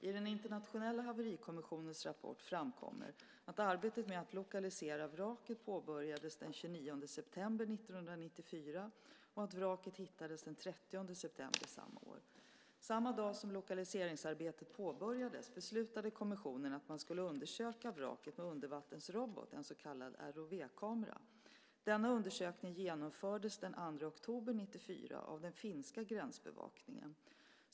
I den internationella haverikommissionens rapport framkommer att arbetet med att lokalisera vraket påbörjades den 29 september 1994 och att vraket hittades den 30 september samma år. Samma dag som lokaliseringsarbetet påbörjades beslutade kommissionen att man skulle undersöka vraket med undervattensrobot, en så kallad ROV-kamera. Denna undersökning genomfördes den 2 oktober 1994 av den finska gränsbevakningen.